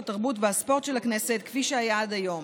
התרבות והספורט של הכנסת כפי שהיה עד היום.